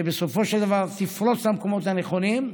שבסופו של דבר תפרוץ למקומות הנכונים,